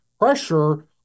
pressure